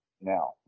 now